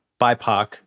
BIPOC